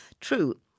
True